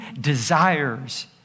desires